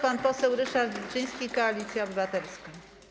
Pan poseł Ryszard Wilczyński, Koalicja Obywatelska.